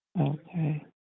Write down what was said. Okay